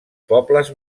pobles